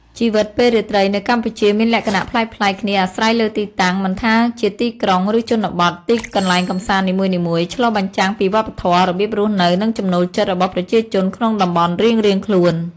ជីវិតពេលរាត្រីនៅកម្ពុជាមានលក្ខណៈប្លែកៗគ្នាអាស្រ័យលើទីតាំង មិនថាជាទីក្រុង ឬជនបទ ទីកន្លែងកម្សាន្តនីមួយៗឆ្លុះបញ្ចាំងពីវប្បធម៌ របៀបរស់នៅ និងចំណូលចិត្តរបស់ប្រជាជនក្នុងតំបន់រៀងៗខ្លួន ។